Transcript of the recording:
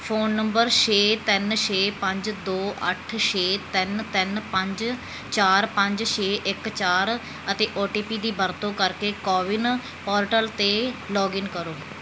phone number ਛੇ ਤਿੰਨ ਛੇ ਪੰਜ ਦੋ ਅੱਠ ਛੇ ਤਿੰਨ ਤਿੰਨ ਪੰਜ ਚਾਰ ਪੰਜ ਛੇ ਇੱਕ ਚਾਰ ਅਤੇ ਓ ਟੀ ਪੀ ਦੀ ਵਰਤੋਂ ਕਰਕੇ ਕੋਵਿਨ ਪੋਰਟਲ 'ਤੇ ਲੌਗਇਨ ਕਰੋ